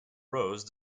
rose